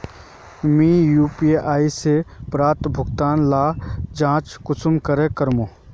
मुई यु.पी.आई से प्राप्त भुगतान लार जाँच कुंसम करे करूम?